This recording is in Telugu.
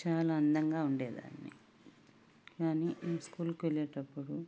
చాలా అందంగా ఉండేదాన్ని కాని నేను స్కూల్కి వెళ్ళేటప్పుడు